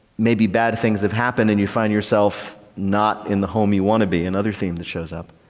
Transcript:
maybe bad things have happened and you find yourself not in the home you want to be another thing that shows up.